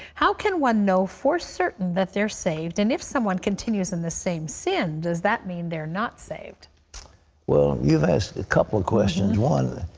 how can one know for certain that they're saved. and if someone continues in the same sin, does that mean they're not saved? pat well, you've asked a couple of questions. one,